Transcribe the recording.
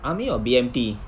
army or B_M_T